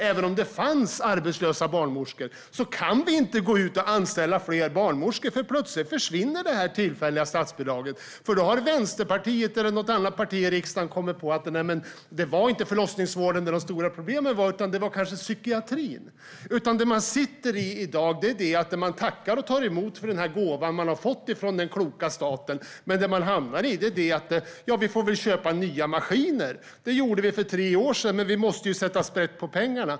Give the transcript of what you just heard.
Även om det finns arbetslösa barnmorskor kan vi inte anställa fler barnmorskor, för plötsligt försvinner det tillfälliga statsbidraget. Då har Vänsterpartiet eller något annat parti i riksdagen kommit på att det inte är i förlossningsvården som de stora problemen finns, utan de kanske finns i psykiatrin. Man tackar och tar emot gåvan från den kloka staten, men det man hamnar i är: Ja, vi får väl köpa nya maskiner. Det gjorde vi för tre år sedan, men vi måste sätta sprätt på pengarna.